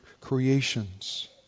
creations